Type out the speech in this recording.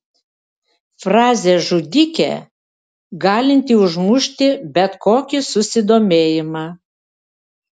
frazė žudikė galinti užmušti bet kokį susidomėjimą